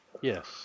Yes